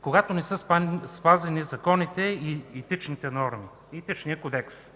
когато не са спазени законите и Етичният кодекс.